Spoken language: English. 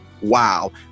wow